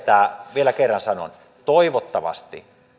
vielä kerran sanon toivottavasti